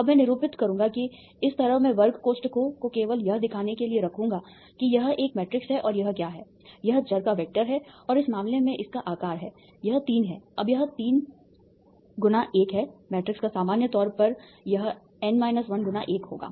अब मैं निरूपित करूंगा कि इस तरह मैं वर्ग कोष्ठकों को केवल यह दिखाने के लिए रखूंगा कि यह एक मैट्रिक्स है और यह क्या है यह चर का वेक्टर है और इस मामले में इसका आकार है यह तीन है अब यह 3 × है 1 मैट्रिक्स या सामान्य तौर पर यह n 1 × 1 होगा